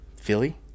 Philly